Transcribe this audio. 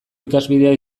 ikasbidea